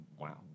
Wow